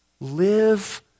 Live